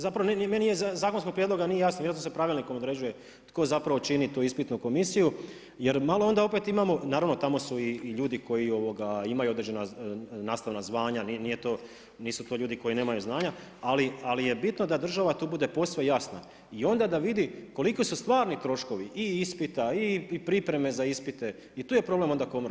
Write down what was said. Zapravo meni zakonskog prijedloga nije jasno, vjerojatno se pravilnikom određuje tko zapravo čini tu ispitnu komisiju jer malo opet onda imamo, naravno tamo su i ljudi koji imaju određena nastavna zvanja, nisu to ljudi koji nemaju znanja ali je bitno da država tu bude posve jasna i onda da vidi koliki su stvarni troškovi i ispita i pripreme za ispite i tu je problem onda komore.